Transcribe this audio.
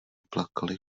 plakali